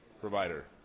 provider